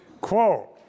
quote